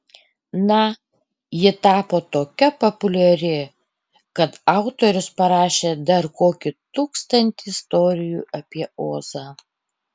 na ji tapo tokia populiari kad autorius parašė dar kokį tūkstantį istorijų apie ozą